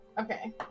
okay